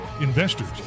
investors